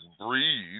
breathe